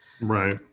right